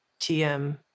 TM